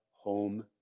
home